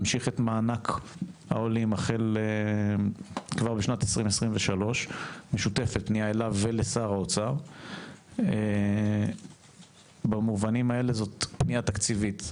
להמשיך את מענק העולים כבר בשנת 2023. במובנים האלה זו פנייה תקציבית.